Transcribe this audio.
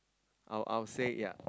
I'll I'll say ya